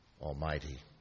Almighty